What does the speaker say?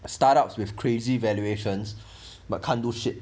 start ups with crazy evaluations but can't do shit